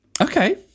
Okay